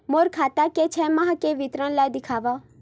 मोर खाता के छः माह के विवरण ल दिखाव?